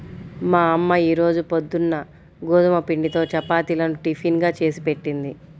మా అమ్మ ఈ రోజు పొద్దున్న గోధుమ పిండితో చపాతీలను టిఫిన్ గా చేసిపెట్టింది